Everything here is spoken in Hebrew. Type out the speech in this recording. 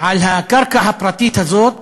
על הקרקע הפרטית הזאת,